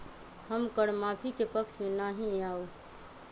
हम कर माफी के पक्ष में ना ही याउ